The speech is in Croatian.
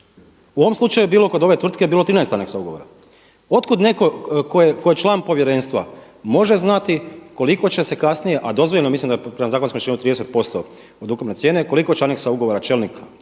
U ovom slučaju je bilo kod ove tvrtke 13 aneksa ugovora. Otkud netko tko je član povjerenstva može znati koliko će se kasnije, a dozvoljeno je mislim prema zakonskoj shemi 30 posto od ukupne cijene, koliko će aneksa ugovora čelnik